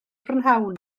prynhawn